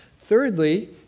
Thirdly